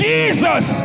Jesus